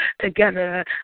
together